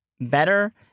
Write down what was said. better